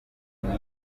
mwiza